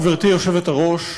גברתי היושבת-ראש,